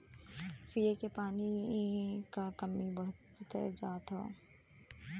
पिए के पानी क कमी बढ़्ते जात हौ